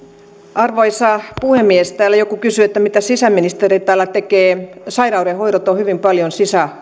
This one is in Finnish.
arvoisa puhemies täällä joku kysyi että mitä sisäministeri täällä tekee sairaudenhoidot ovat hyvin paljon